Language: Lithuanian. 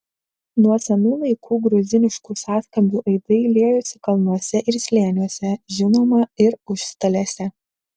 nuo senų laikų gruziniškų sąskambių aidai liejosi kalnuose ir slėniuose žinoma ir užstalėse